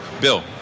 Bill